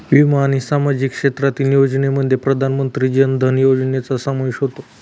विमा आणि सामाजिक क्षेत्रातील योजनांमध्ये प्रधानमंत्री जन धन योजनेचा समावेश होतो